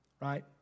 right